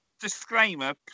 disclaimer